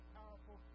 powerful